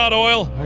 ah oil?